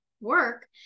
work